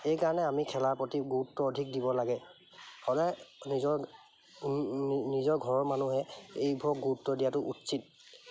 সেইকাৰণে আমি খেলাৰ প্ৰতি গুৰুত্ব অধিক দিব লাগে সদায় নিজৰ নিজৰ ঘৰৰ মানুহে এইবোৰক গুৰুত্ব দিয়াটো উচিত